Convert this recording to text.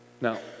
Now